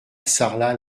sarlat